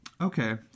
Okay